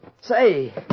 Say